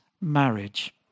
marriage